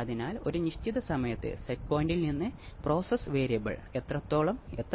അതിനാൽ നിങ്ങൾക്ക് ഒരു ഫേസ് ഷിഫ്റ്റ് ഓസിലേറ്റർ നേട്ടം